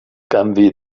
canvi